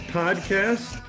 podcast